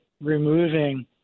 removing